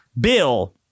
bill